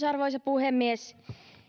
arvoisa puhemies